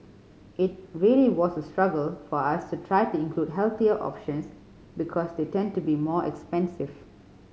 it really was a struggle for us to try to include healthier options because they tend to be more expensive